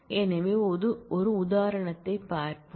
எனவே உதாரணத்தைப் பார்ப்போம்